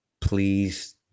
Please